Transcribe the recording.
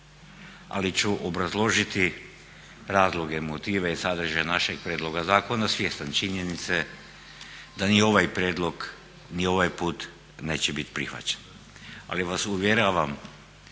ali ću obrazložiti razloge, motive i sadržaj našeg prijedloga zakona svjestan činjenice da ni ovaj prijedlog ni ovaj put neće biti prihvaćen. Ali vas uvjeravam,